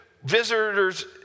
Visitors